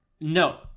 No